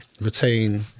retain